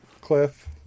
cliff